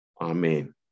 Amen